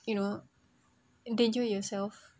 you know endanger yourself